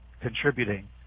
contributing